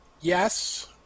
yes